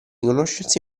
conoscersi